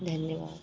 धन्यवाद